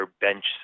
bench